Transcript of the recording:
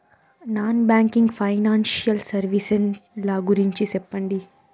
Non banking financial services ల గురించి సెప్పండి?